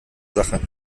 sache